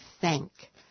thank